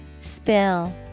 Spill